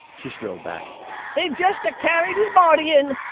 she shrilled back they've just a-carried his body in.